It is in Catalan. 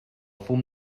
fum